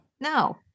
No